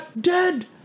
dead